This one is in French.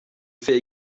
fait